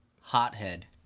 Hothead